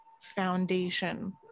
foundation